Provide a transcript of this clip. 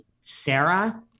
Sarah